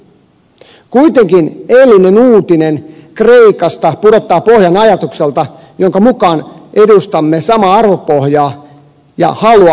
kuitenkin eilinen uutinen kreikasta pudottaa pohjan ajatukselta jonka mukaan edustamme samaa arvopohjaa ja halua kuin muut euroopan maat